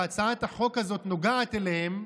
שהצעת החוק הזאת נוגעת אליהן,